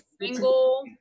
single